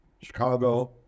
Chicago